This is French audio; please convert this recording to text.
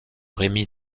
remi